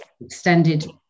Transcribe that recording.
extended